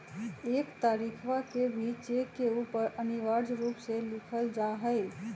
एक तारीखवा के भी चेक के ऊपर अनिवार्य रूप से लिखल जाहई